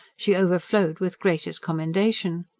she overflowed with gracious commendation.